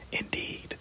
Indeed